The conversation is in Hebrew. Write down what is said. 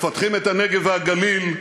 מפתחים את הנגב והגליל,